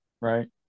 right